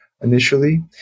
initially